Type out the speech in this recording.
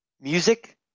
music